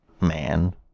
man